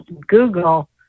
Google